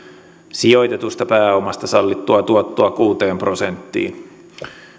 sijoitetusta pääomasta sallittua tuottoa kuuteen prosenttiin